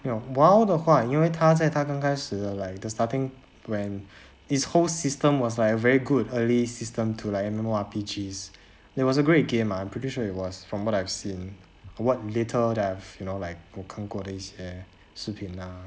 you know WOW 的话因为他在他刚开始 like the starting when its whole system was like a very good early system to like M_M_O_R_P_G that was a great game ah I'm pretty sure it was from what I've seen what little that I've you know like 我看过的一些视频 ah